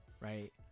Right